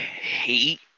hate